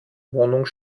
wohnung